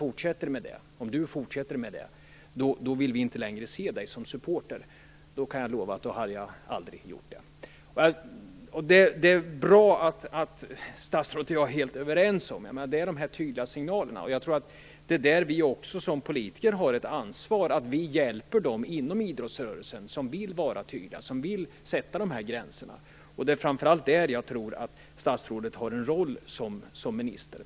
Om du fortsätter med det vill vi inte längre se dig som supporter", då kan jag lova att jag aldrig mer hade gjort något sådant. Det är bra att statsrådet och jag är helt överens. Det finns tydliga signaler. Det är också där vi som politiker har ett ansvar: Vi bör hjälpa dem inom idrottsrörelsen som vill vara tydliga och som vill sätta de här gränserna. Det är framför allt där jag tror att statsrådet har en roll som minister.